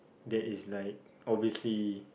that is like obviously